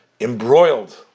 embroiled